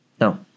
No